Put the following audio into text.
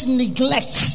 neglect